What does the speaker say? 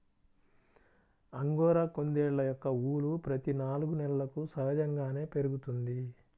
angora కుందేళ్ళ యొక్క ఊలు ప్రతి నాలుగు నెలలకు సహజంగానే పెరుగుతుంది